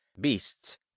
beasts